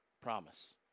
Promise